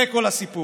זה כל הסיפור.